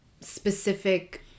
specific